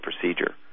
procedure